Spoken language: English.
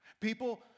People